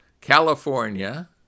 California